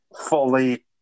fully